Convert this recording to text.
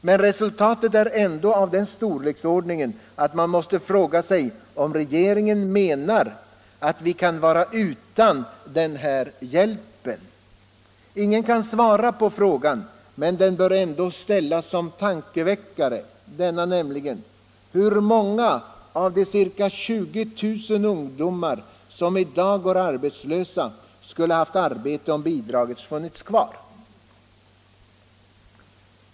Men resultatet är ändå av den storleksordningen att man måste fråga sig om regeringen menar, att vi kan vara utan den här hjälpen. Ingen kan svara på frågan, men den bör ändå ställas som tankeväckare: Hur många av de ca 20 000 ungdomar som i dag går arbetslösa skulle ha haft arbete om bidraget funnits kvar?